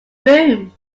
room